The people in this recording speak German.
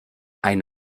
ein